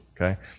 Okay